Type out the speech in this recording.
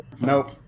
nope